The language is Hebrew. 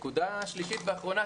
נקודה שלישית ואחרונה,